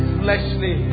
fleshly